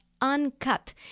uncut